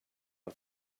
man